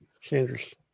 Sanders